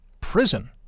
prison